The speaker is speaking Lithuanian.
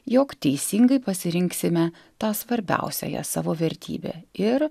jog teisingai pasirinksime tą svarbiausiąją savo vertybę ir